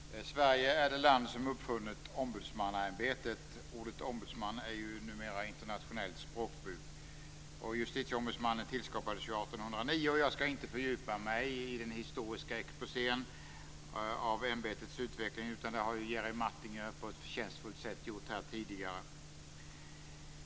Fru talman! Sverige är det land som har uppfunnit ombudsmannaämbetet. Ordet ombudsman ingår numera i internationellt språkbruk. Justitieombudsmannen tillskapades 1809. Jag ska inte fördjupa mig i den historiska exposén över ämbetets utveckling. Det har Jerry Martinger gjort på ett förtjänstfullt sätt tidigare.